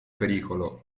pericolo